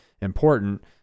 important